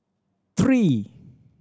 three